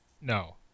No